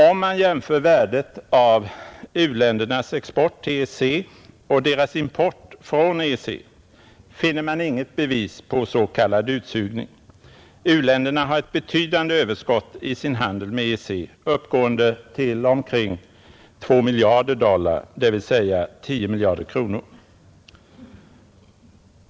Om man jämför värdet av u-ländernas export till EEC och deras import från EEC, finner man inget bevis på s.k. utsugning: u-länderna har ett betydande överskott i sin handel med EEC, uppgående till omkring 2 miljarder dollar, d.vs. cirka 10 miljarder kronor, dvs. de intjänar netto värdefull valuta.